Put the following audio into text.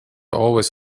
always